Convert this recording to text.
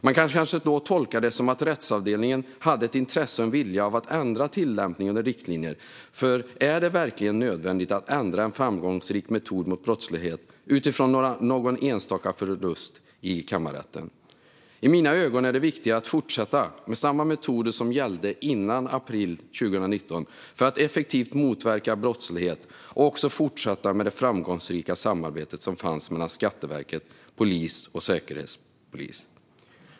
Man kanske kan tolka detta som att rättsavdelningen hade ett intresse av och en vilja att ändra tillämpning och riktlinjer, för är det verkligen nödvändigt att ändra en framgångsrik metod mot brottslighet utifrån någon enstaka förlust i kammarrätten? I mina ögon är det viktigare att fortsätta med samma metoder som gällde före april 2019 för att effektivt motverka brottslighet och också fortsätta med det framgångsrika samarbete som fanns mellan Skatteverket, polisen och Säkerhetspolisen.